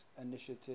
initiative